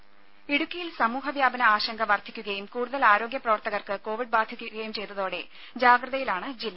രുമ ഇടുക്കിയിൽ സമൂഹ വ്യാപന ആശങ്ക വർദ്ധിക്കുകയും കൂടുതൽ ആരോഗ്യ പ്രവർത്തകർക്ക് കോവിഡ് ബാധിക്കുകയും ചെയ്തതോടെ ജാഗ്രതയിലാണ് ജില്ല